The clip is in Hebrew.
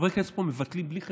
חברי כנסת פה מבטלים בלי חשבון,